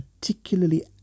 particularly